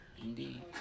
Indeed